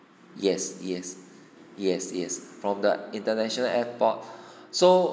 yes yes yes yes from the international airport so